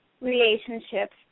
relationships